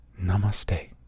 Namaste